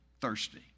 thirsty